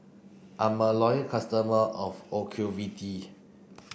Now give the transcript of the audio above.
I'm a loyal customer of Ocuvite